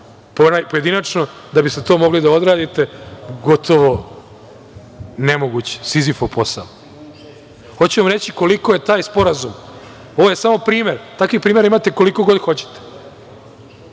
pojedinačno da biste to mogli da odradite. Gotovo nemoguće, Sizifov posao. Hoću da vam kažem koliko je taj Sporazum, ovo je samo primer, takvih primera imate koliko god hoćete,